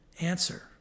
Answer